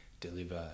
deliver